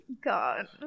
God